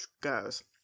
goes